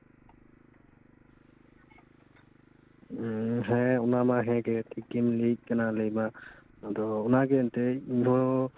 ᱦᱮᱸ ᱚᱱᱟ ᱢᱟ ᱦᱮᱸᱜᱮ ᱴᱷᱤᱠᱜᱮᱢ ᱞᱟᱹᱭᱮᱫ ᱠᱟᱱᱟ ᱞᱟ ᱭ ᱢᱟ ᱟᱫᱚ ᱚᱱᱟᱜᱮ ᱮᱱᱛᱮᱫ ᱤᱧ ᱦᱚᱸ